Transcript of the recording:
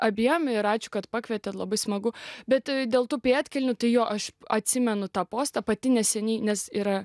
abiem ir ačiū kad pakviet labai smagu bet dėl tų pėdkelnių tai jo aš atsimenu tą postą pati neseniai nes yra